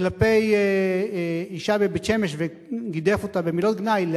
כלפי אשה בבית-שמש וגידף אותה במילות גנאי,